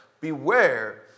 Beware